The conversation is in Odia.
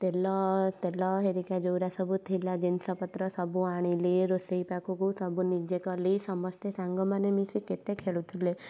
ତେଲ ତେଲ ହେରିକା ଯେଉଁଡ଼ା ସବୁ ଥିଲା ଜିନିଷପତ୍ର ସବୁ ଆଣିଲି ରୋଷେଇ ପାଖକୁ ସବୁ ନିଜେ କଲି ସମସ୍ତେ ସାଙ୍ଗ ମାନେ ମିଶି କେତେ ଖେଳୁଥିଲେ